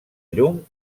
llum